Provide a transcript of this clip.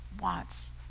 wants